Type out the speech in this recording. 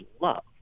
love